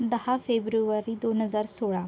दहा फेब्रुवारी दोन हजार सोळा